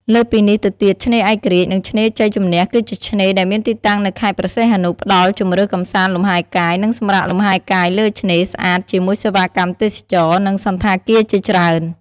លើសពីនេះទៅទៀតឆ្នេរឯករាជ្យ និង ឆ្នេរជ័យជំនះគឺជាឆ្នេរដែលមានទីតាំងនៅខេត្តព្រះសីហនុ ផ្តល់ជម្រើសកម្សាន្តលំហែកាយ និងសម្រាកលំហែកាយលើឆ្នេរ ស្អាត ជាមួយសេវាកម្មទេសចរណ៍ និងសណ្ឋាគារជាច្រើន។